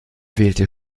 wählte